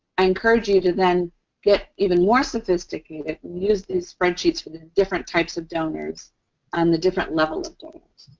i encourage you to then get even more sophisticated and use these spreadsheets for the different types of donors and the different level of donors.